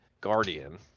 Guardian